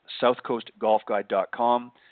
SouthCoastGolfGuide.com